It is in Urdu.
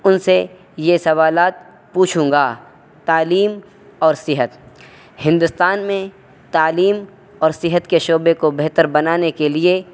ان سے یہ سوالات پوچھوں گا تعلیم اور صحت ہندوستان میں تعلیم اور صحت کے شعبے کو بہتر بنانے کے لیے